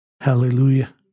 Hallelujah